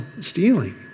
stealing